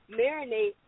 marinate